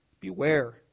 beware